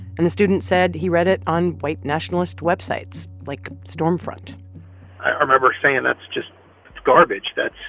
and the student said he read it on white nationalist websites, like stormfront i remember saying, that's just garbage. that's